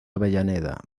avellaneda